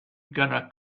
gonna